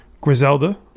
Griselda